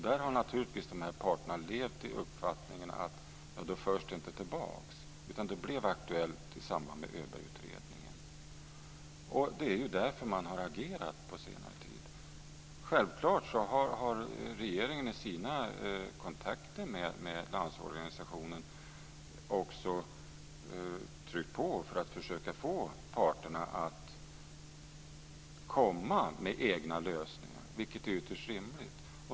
Där har naturligtvis parterna levt i uppfattningen att det inte förs tillbaka, utan det blev aktuellt i samband med Öbergutredningen. Det är därför man har agerat på senare tid. Självklart har regeringen med sina kontakter med Landsorganisationen också tryckt på för att försöka få parterna att komma med egna lösningar, vilket är ytterst rimligt.